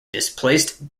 displaced